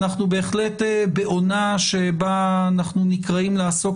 אנחנו בהחלט בעונה שבה אנחנו נקראים לעסוק